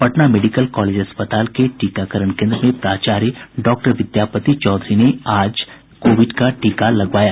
Patna medical college अस्पताल के टीकाकरण केन्द्र में प्राचार्य डॉक्टर विद्यापति चौधरी ने आज कोविड का टीका लगवाया